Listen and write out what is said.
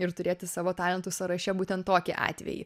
ir turėti savo talentų sąraše būtent tokį atvejį